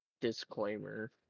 disclaimer